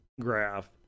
graph